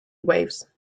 waves